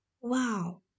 Wow